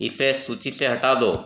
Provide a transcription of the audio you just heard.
इसे सूची से हटा दो